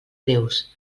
greus